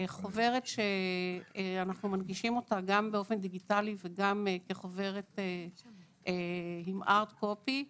חוברת שאנחנו מנגישים גם באופן דיגיטלי וגם כחוברת עם hard copy.